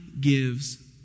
gives